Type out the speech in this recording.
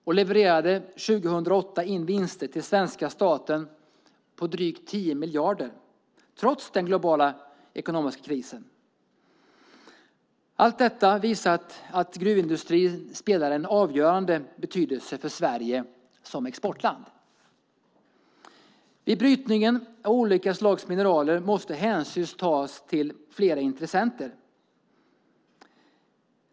År 2008 levererade den in vinster till svenska staten på drygt 10 miljarder, trots den globala ekonomiska krisen. Allt detta visar att gruvindustrin spelar en avgörande roll för Sverige som exportland. Vid brytningen av olika slags mineraler måste hänsyn tas till flera intressenter.